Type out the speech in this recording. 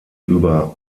über